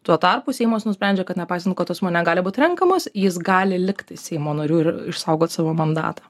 tuo tarpu seimas nusprendžia kad nepaisant kad asmuo negali būt renkamas jis gali likti seimo nariu ir išsaugot savo mandatą